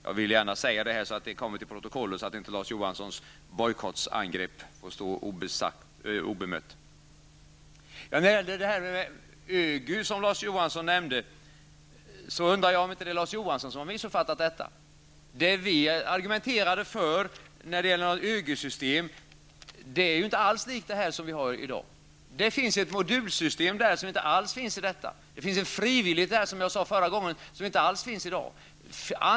Jag ville gärna säga detta så att det kommer in i protokollet och så att Larz Johanssons bojkottangrepp inte får stå obemött. Larz Johansson nämnde ÖGY, och jag undrar om det inte är Larz Johansson som har missuppfattat detta. Det som vi argumenterade för när det gällde ÖGY-system är inte alls likt det förslag som föreligger i dag. I vårt förslag finns ett modulsystem som inte alls finns i detta förslag. I vårt förslag finns en frivillighet som inte alls finns i dagens förslag.